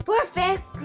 Perfect